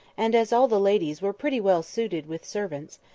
and as all the ladies were pretty well suited with servants,